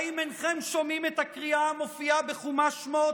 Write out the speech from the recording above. האם אינכם שומעים את הקריאה המופיעה בחומש שמות,